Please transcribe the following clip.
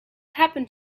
happened